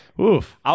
Oof